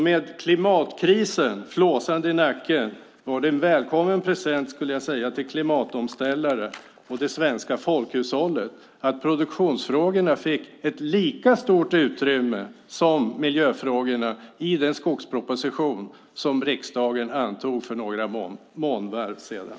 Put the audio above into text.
Med klimatkrisen flåsande i nacken var det en välkommen present till klimatomställare och det svenska folkhushållet att produktionsfrågorna fick ett lika stort utrymme som miljöfrågorna i den skogsproposition som riksdagen antog för några månader sedan.